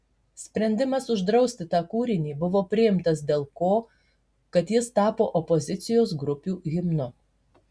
sprendimas uždrausti tą kūrinį buvo priimtas dėl ko kad jis tapo opozicijos grupių himnu